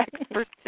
experts